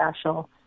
special